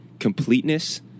completeness